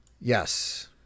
Yes